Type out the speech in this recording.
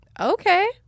Okay